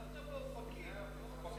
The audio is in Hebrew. גרת באופקים.